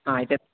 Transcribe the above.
हा एतद्